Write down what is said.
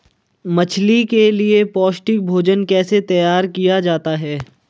मछली के लिए पौष्टिक भोजन कैसे तैयार किया जाता है?